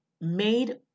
made